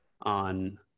on